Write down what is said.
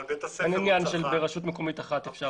אין עניין שברשות מקומית אחת אפשר